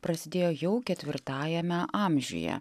prasidėjo jau ketvirtajame amžiuje